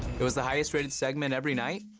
it was the highest-rated segment every night.